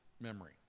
memory